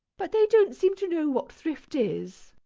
but they don't seem to know what thrift is.